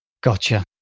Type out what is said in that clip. Gotcha